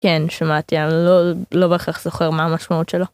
כן, שמעתי. אני לא... לא בהכרח זוכר מה המשמעות שלו.